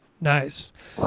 Nice